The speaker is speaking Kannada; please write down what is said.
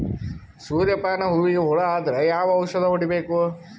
ಸೂರ್ಯ ಪಾನ ಹೂವಿಗೆ ಹುಳ ಆದ್ರ ಯಾವ ಔಷದ ಹೊಡಿಬೇಕು?